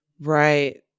Right